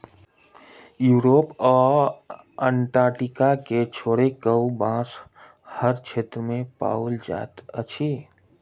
Europe आ Antarctica के छोइड़ कअ, बांस हर क्षेत्र में पाओल जाइत अछि